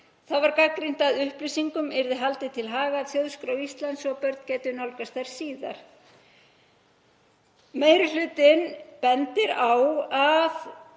Þá var gagnrýnt að upplýsingum yrði haldið til haga af Þjóðskrá Íslands svo að börn gætu nálgast þær síðar. Meiri hlutinn bendir á að